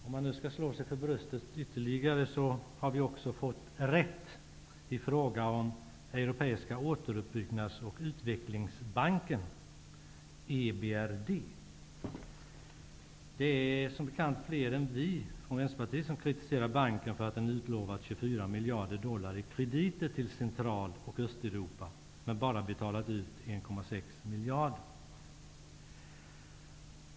Om man nu skall slå sig för bröstet ytterligare har vi också fått rätt i fråga om Europeiska återuppbyggnads och utvecklingsbanken, EBRD. Det är som bekant fler än vi från Vänsterpartiet som kritiserar banken för att den har utlovat 24 miljarder dollar i krediter till Central och Östeuropa, men bara betalat ut 1,6 miljarder.